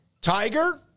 Tiger